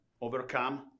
overcome